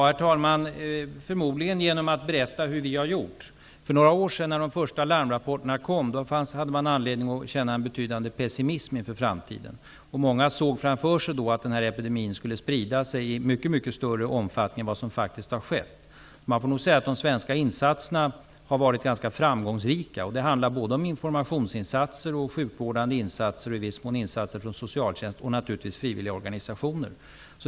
Herr talman! Förmodligen genom att berätta hur vi har gjort. För några år sedan, när de första larmrapporterna kom, hade man anledning att känna en betydande pessimism inför framtiden. Många såg framför sig att den här epidemin skulle sprida sig i mycket, mycket större omfattning än som faktiskt har skett. Man får nog säga att de svenska insatserna har varit ganska framgångsrika. Det handlar om informationsinsatser och sjukvårdande insatser samt i viss mån om insatser från socialtjänst och naturligtvis från frivilliga organisationer.